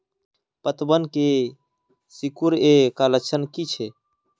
पतबन के सिकुड़ ऐ का लक्षण कीछै?